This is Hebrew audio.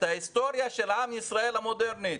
ההיסטוריה של עם ישראל המודרנית,